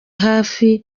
hafi